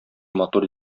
матур